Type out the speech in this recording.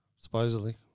supposedly